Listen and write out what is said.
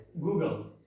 Google